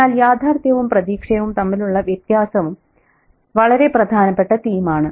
എന്നാൽ യാഥാർത്ഥ്യവും പ്രതീക്ഷയും തമ്മിലുള്ള വ്യത്യാസവും വളരെ പ്രധാനപ്പെട്ട തീം ആണ്